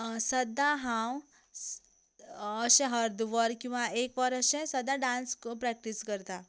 सदां हांव अशें अर्द वर किंवा एक वर अशें सदां डांस प्रॅक्टीस करतां